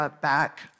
back